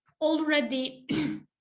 already